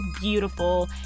beautiful